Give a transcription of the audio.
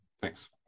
Thanks